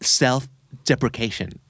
self-deprecation